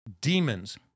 demons